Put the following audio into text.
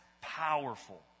powerful